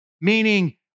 meaning